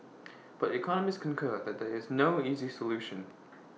but economists concur that there is no easy solution